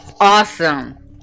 awesome